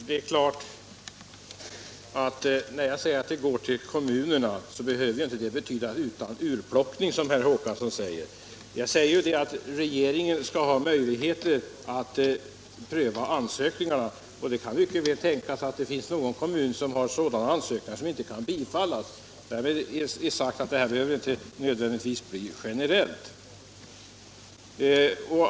Herr talman! När jag säger att det går till kommunerna behöver det inte betyda att det sker utan urplockning, som herr Håkansson säger. Regeringen skall ha möjlighet att pröva ansökningarna, och det kan mycket väl tänkas att någon kommun har sådana ansökningar som inte kan bifallas. Bidraget behöver alltså inte nödvändigtvis bli generellt.